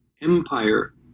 empire